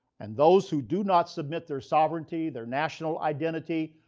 and those who do not submit their sovereignty, their national identity,